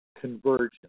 convergence